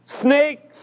snakes